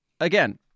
Again